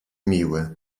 miły